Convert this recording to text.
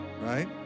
right